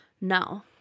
No